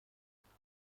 گـلای